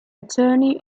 attorney